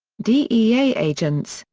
dea agents,